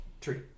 Tree